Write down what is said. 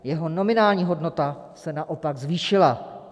Jeho nominální hodnota se naopak zvýšila.